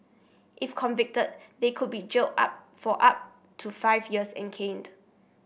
if convicted they could be jailed up for up to five years and caned